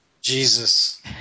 Jesus